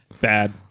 Bad